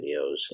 videos